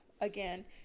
again